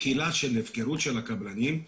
קהילה של הפקרות של הקבלנים,